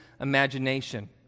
imagination